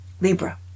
Libra